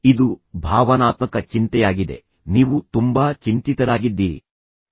ಇದು ಭಾವನಾತ್ಮಕ ಚಿಂತೆಯಾಗಿದೆ ನೀವು ತುಂಬಾ ಚಿಂತಿತರಾಗಿದ್ದೀರಿ ನೀವು ಆತಂಕಗೊಂಡಿದ್ದೀರಿ